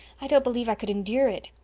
i don't believe i could endure it.